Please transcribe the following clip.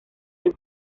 del